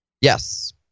Yes